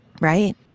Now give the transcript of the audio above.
Right